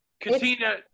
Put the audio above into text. Katina